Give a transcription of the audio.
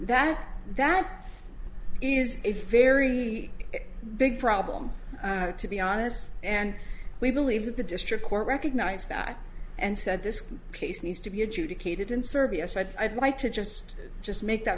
that that is a very big problem to be honest and we believe that the district court recognized that and said this case needs to be adjudicated in serbia said i'd like to just just make that